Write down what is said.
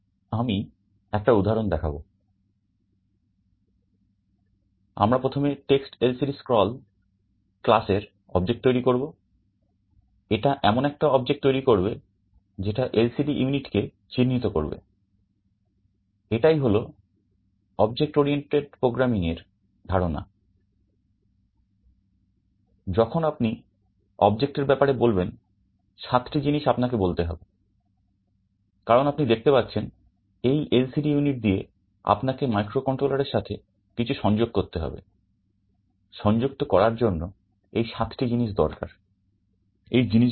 আমি একটা উদাহরণ দেখাবো আমরা প্রথমে TextLCDScroll class এর অবজেক্ট তৈরি করব এটা এমন একটা অবজেক্ট তৈরি করবে যেটা এলসিডি ইউনিটকে চিহ্নিত করবে এটাই হলো অবজেক্ট অরিয়েন্টেড প্রোগ্রামিং এর ধারণাযখন আপনি অবজেক্টের দিয়ে আপনাকে মাইক্রোকন্ট্রোলার এর সাথে কিছু সংযোগ করতে হবে সংযুক্ত করার জন্য এই সাতটি জিনিস দরকার এই জিনিসগুলি কি